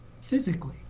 physically